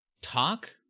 talk